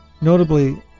notably